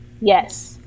Yes